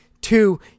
two